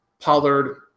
Pollard